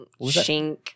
Shink